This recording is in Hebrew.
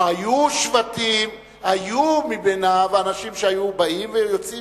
היו שבטים והיו מבניו אנשים שהיו באים ויוצאים.